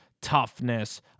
toughness